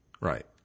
Right